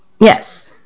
Yes